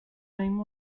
name